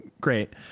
great